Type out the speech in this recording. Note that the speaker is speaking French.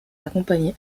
accompagné